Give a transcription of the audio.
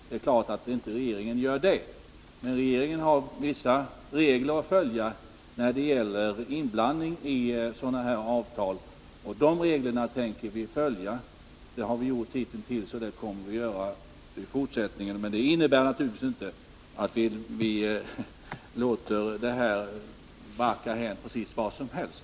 Det är klart att regeringen inte gör det, men regeringen har vissa regler att följa när det gäller inblandning i sådana här överläggningar. De reglerna tänker vi följa. Men det innebär naturligtvis inte att vi låter det hela barka hän precis vart som helst.